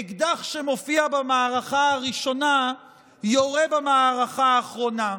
אקדח שמופיע במערכה הראשונה יורה במערכה האחרונה.